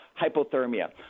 hypothermia